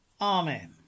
Amen